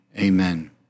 amen